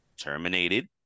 terminated